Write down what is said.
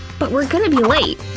but we're gonna be late!